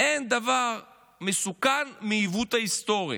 אין דבר מסוכן מהעיוות ההיסטורי,